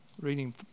Reading